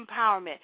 empowerment